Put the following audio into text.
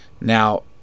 Now